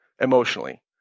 emotionally